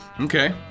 Okay